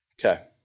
Okay